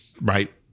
right